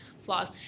flaws